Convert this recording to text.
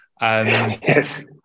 Yes